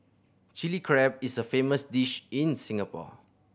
Chilli Crab is a famous dish in Singapore